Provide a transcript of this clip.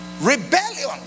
rebellion